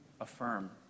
affirm